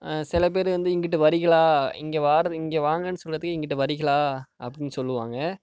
சில பேர் வந்து இங்கிட்டு வரீகளா இங்கே வார இங்கே வாங்கன்னு சொல்கிறதுக்கு இங்கிட்டு வரீகளா அப்படின்னு சொல்லுவாங்க